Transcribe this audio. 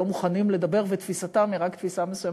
מוכנים לדבר ותפיסתם היא רק תפיסה מסוימת,